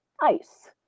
ice